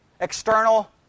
External